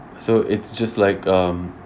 so it's just like um